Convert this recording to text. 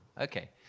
Okay